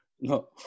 No